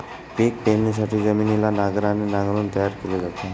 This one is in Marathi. पिक पेरणीसाठी जमिनीला नांगराने नांगरून तयार केल जात